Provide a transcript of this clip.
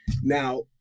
Now